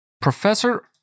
Professor